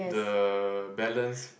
the balance